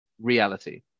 reality